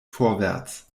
vorwärts